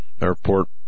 Airport